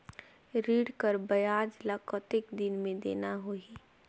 ऋण कर ब्याज ला कतेक दिन मे देना होही?